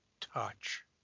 touch